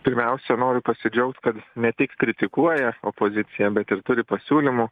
pirmiausia noriu pasidžiaugt kad ne tik kritikuoja opozicija bet ir turi pasiūlymų